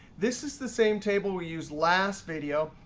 this is the same table we used last video.